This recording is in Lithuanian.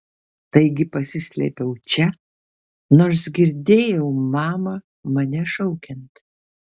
taigi pasislėpiau čia nors girdėjau mamą mane šaukiant